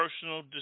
personal